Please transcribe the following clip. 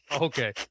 okay